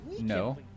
No